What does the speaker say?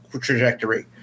trajectory